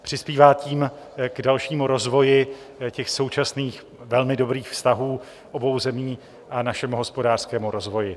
Přispívá tím k dalšímu rozvoji současných velmi dobrých vztahů obou zemí a našemu hospodářskému rozvoji.